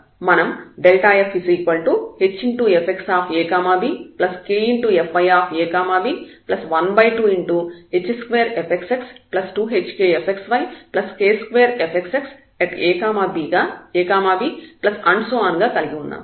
మనం fhfxabkfyab12h2fxx2hkfxyk2fkkab గా కలిగి ఉన్నాము